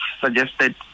suggested